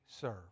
serve